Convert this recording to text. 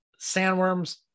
sandworms